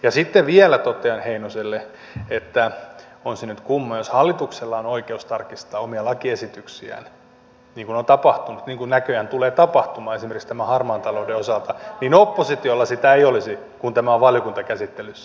ja sitten vielä totean heinoselle että on se nyt kumma jos hallituksella on oikeus tarkistaa omia lakiesityksiään niin kuin on tapahtunut ja niin kuin näköjään tulee tapahtumaan esimerkiksi tämän harmaan talouden osalta että oppositiolla sitä ei olisi kun tämä on valiokuntakäsittelyssä